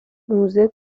موزه